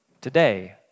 today